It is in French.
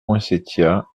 poinsettias